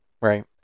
Right